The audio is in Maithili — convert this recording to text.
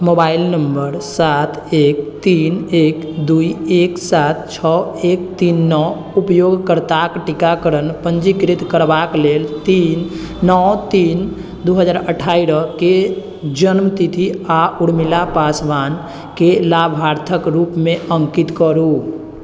मोबाइल नंबर सात एक तीन एक दूइ एक सात छओ एक तीन नओ उपयोगकर्ताक टीकाकरण पञ्जीकृत करबाक लेल तीन नओ तीन दू हजार अठारह के जन्मतिथि आ उर्मिला पासवानके लाभार्थक रूपमे अङ्कित करू